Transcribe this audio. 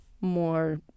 more